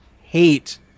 hate